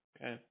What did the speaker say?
Okay